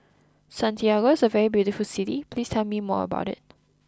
Santiago is a very beautiful city please tell me more about it